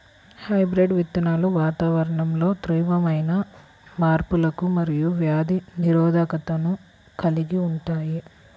hybrid విత్తనాలు వాతావరణంలో తీవ్రమైన మార్పులకు మరియు వ్యాధి నిరోధకతను కలిగి ఉంటాయి